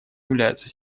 являются